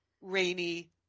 rainy